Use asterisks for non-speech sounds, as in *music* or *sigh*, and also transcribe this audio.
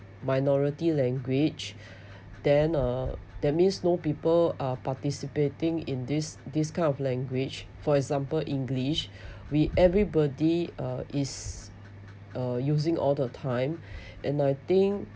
minority language *breath* then uh that means no people are participating in this this kind of language for example english *breath* we everybody uh is uh using all the time *breath* and I think